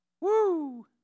Woo